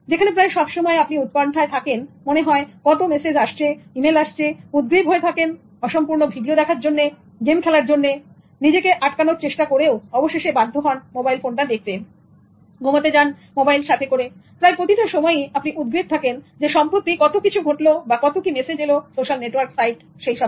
যেখানে প্রায় সবসময় আপনি উৎকণ্ঠায় থাকেন মনে হয় কত মেসেজ আসছে ইমেল আসছে উদগ্রীব হয়ে থাকেন অসম্পূর্ণ ভিডিও দেখার জন্য বা গেম এর জন্য নিজেকে আটকানোর চেষ্টা করেও অবশেষে বাধ্য হন মোবাইল ফোনটা দেখতে ঘুমোতে যান মোবাইল সাথে করে প্রায় প্রতিটা সময় আপনি উদগ্রীব থাকেন সম্প্রতি কত কিছু ঘটলো বা কত মেসেজ এলো সোশ্যাল নেটওয়ার্ক সাইটে সেই নিয়ে